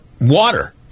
water